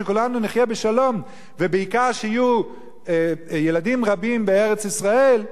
שכולנו נחיה בשלום ובעיקר שיהיו ילדים רבים בארץ-ישראל,